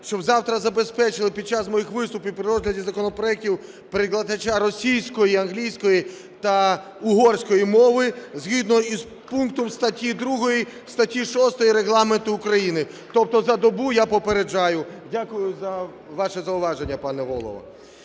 щоб завтра забезпечили під час моїх виступів при розгляді законопроектів перекладача російської, англійської та угорської мови згідно із пунктом статті 2, статті 6 Регламенту України. Тобто за добу я попереджаю. Дякую за ваше зауваження, пане Голово.